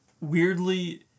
weirdly